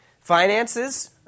Finances